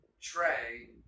Trey